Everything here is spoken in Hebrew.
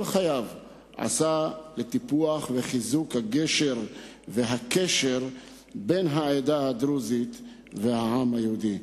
כל חייו עשה לטיפוח ולחיזוק הגשר והקשר בין העדה הדרוזית לעם היהודי.